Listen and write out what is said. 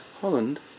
Holland